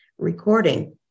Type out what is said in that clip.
recording